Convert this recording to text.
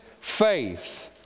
faith